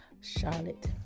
Charlotte